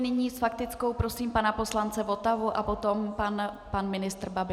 Nyní s faktickou prosím pana poslance Votavu a potom pan ministr Babiš.